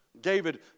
David